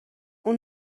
اون